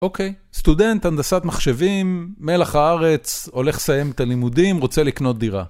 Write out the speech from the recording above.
אוקיי, סטודנט, הנדסת מחשבים, מלח הארץ, הולך לסיים את הלימודים, רוצה לקנות דירה.